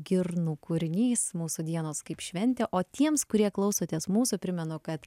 girnų kūrinys mūsų dienos kaip šventė o tiems kurie klausotės mūsų primenu kad